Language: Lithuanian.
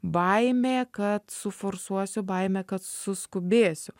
baimė kad suforsuosiu baimė kad suskubėsiu